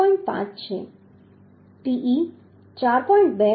2 હશે